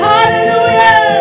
Hallelujah